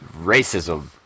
racism